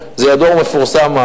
וזה ידוע ומפורסם,